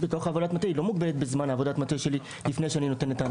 עבודת המטה שלי לא מוגבלת בזמן לפני שאני נותן את ההנחיה.